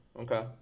okay